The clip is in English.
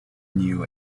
new